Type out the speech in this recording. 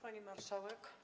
Pani Marszałek!